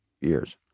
years